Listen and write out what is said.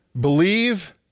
believe